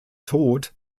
tod